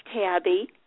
tabby